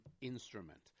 instrument